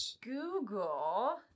Google